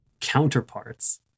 counterparts